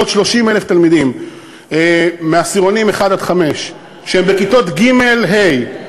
עוד 30,000 תלמידים מעשירונים 1 5 שהם בכיתות ג' ה',